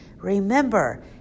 Remember